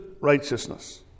righteousness